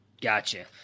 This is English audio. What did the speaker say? Gotcha